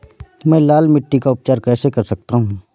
मैं लाल मिट्टी का उपचार कैसे कर सकता हूँ?